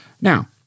Now